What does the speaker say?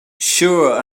sure